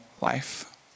life